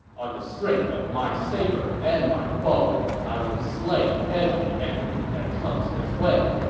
on the strength of my saber and my bow, i will slay every enemy that comes this way!